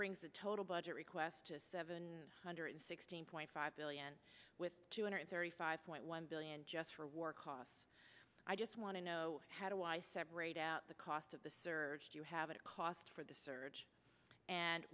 brings the total budget request to seven hundred sixteen point five billion with two hundred thirty five point one billion just for war costs i just want to know how do i separate out the cost of the surge do you have a cost for the surge and